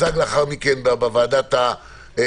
תוצג לאחר מכן בוועדת הקורונה,